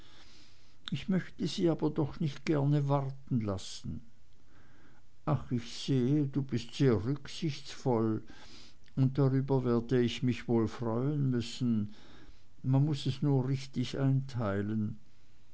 ich möchte sie aber doch nicht gerne warten lassen ach ich sehe du bist sehr rücksichtsvoll und darüber werde ich mich wohl freuen müssen man muß es nur richtig einteilen